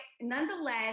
nonetheless